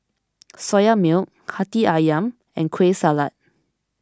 Soya Milk Hati Ayam and Kueh Salat